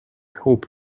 hope